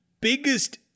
biggest